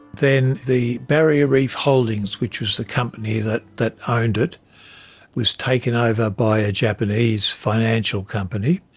then the barrier reef holdings, which was the company that that owned it was taken over by a japanese financial company,